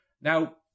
Now